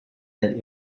that